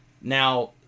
Now